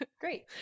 Great